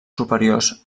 superiors